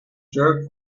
jerk